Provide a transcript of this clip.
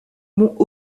mont